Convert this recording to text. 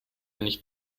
nicht